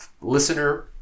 listener